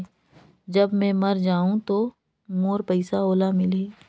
जब मै मर जाहूं तो मोर पइसा ओला मिली?